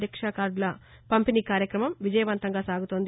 పరీక్షా కార్డుల పంపిణీ కార్యక్రమం విజయవంతంగా సాగుతోంది